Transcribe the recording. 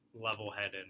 level-headed